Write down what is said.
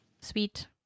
Sweet